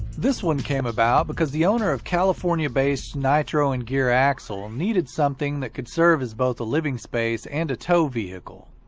this one came about because the owner of california based nitro and gear and axle needed something that could serve as both a living space and a tow vehicle.